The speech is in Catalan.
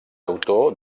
autor